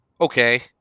okay